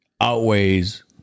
outweighs